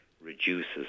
reduces